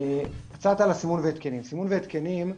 קצת על סימון והתקנים.